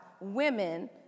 women